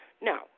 No